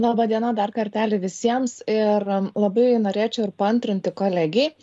laba diena dar kartelį visiems ir labai norėčiau ir paantrinti kolegei